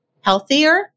healthier